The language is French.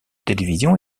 télévision